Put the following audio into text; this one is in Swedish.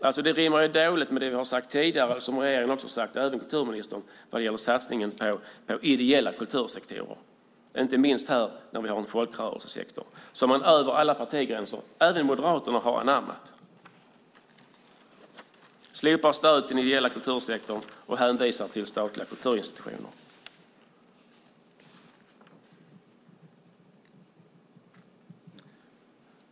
Det rimmar dåligt med det vi har sagt tidigare och som också regeringen har sagt, även kulturministern, vad gäller satsningen på ideella kultursektorer, inte minst när vi som här har en folkrörelsesektor. Över alla partigränserna, även Moderaterna, har man anammat den. Man slopar stödet till den ideella kultursektorn och hänvisar till statliga kulturinstitutioner.